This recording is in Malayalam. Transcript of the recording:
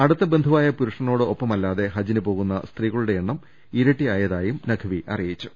അടുത്ത ബന്ധുവായ് പുരുഷനോടൊപ്പമല്ലാതെ ഹജ്ജിന് പോകുന്ന സ്ത്രീകളുടെ എണ്ണം ഇരട്ടിയായതായും നഖ്വി അറിയിച്ചു